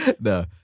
No